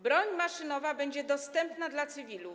Broń maszynowa będzie dostępna dla cywilów.